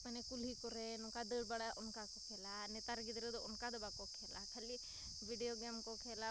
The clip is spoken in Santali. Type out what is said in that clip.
ᱦᱟᱱᱮ ᱠᱩᱞᱦᱤ ᱠᱚᱨᱮ ᱱᱚᱝᱠᱟ ᱫᱟᱹᱲᱵᱟᱲᱟ ᱚᱱᱠᱟᱠᱚ ᱠᱷᱮᱞᱟ ᱱᱮᱛᱟᱨ ᱜᱤᱫᱽᱨᱟᱹᱫᱚ ᱚᱱᱠᱟᱫᱚ ᱵᱟᱠᱚ ᱠᱷᱮᱞᱟ ᱠᱷᱟᱹᱞᱤ ᱵᱤᱰᱤᱭᱳ ᱜᱮᱢᱠᱚ ᱠᱷᱮᱞᱟ